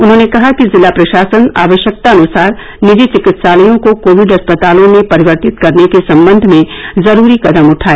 उन्होंने कहा कि जिला प्रशासन आवश्यकतानुसार निजी चिकित्सालयों को कोविड अस्पतालों में परिवर्तित करने के सम्बंध में जरूरी कदम उठाए